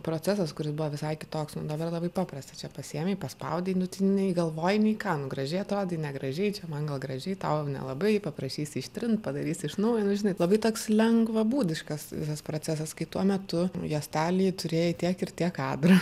procesas kuris buvo visai kitoks nu dabar labai paprasta čia pasiėmei paspaudei nu tai nei galvoji nei ką nu gražiai atrodai negražiai čia man gal gražiai tau nelabai paprašysi ištrint padarysi iš naujo nu žinai labai toks lengvabūdiškas visas procesas kai tuo metu juostelėj turėjai tiek ir tiek kadrų